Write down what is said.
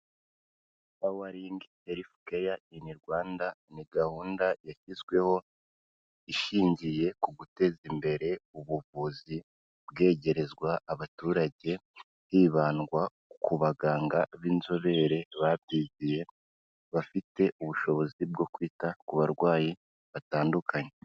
Powering Healthcare in Rwanda, ni gahunda yashyizweho ishingiye ku guteza imbere ubuvuzi bwegerezwa abaturage hibandwa ku baganga b'inzobere babyigiye, bafite ubushobozi bwo kwita ku barwayi batandukanye.